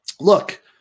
look